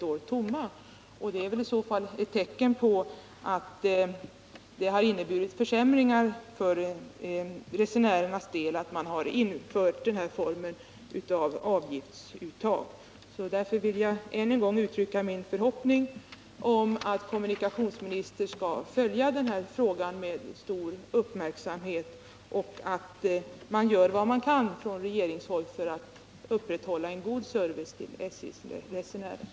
kommit att stå tomma. I så fall är det ett tecken på att införandet av den här typen av avgiftsuttag inneburit en försämring för resenärerna.